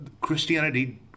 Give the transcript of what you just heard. Christianity